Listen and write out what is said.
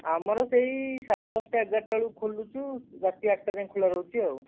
ଆମର ସେଇ ସାଢ଼େ ଦଶଟା ଏଗାରଟା ବେଳକୁ ଖୋଲୁଛୁ ରାତି ଆଠଟା ଯାଏ ଖୋଲା ରହୁଛି ଆଉ